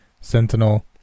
Sentinel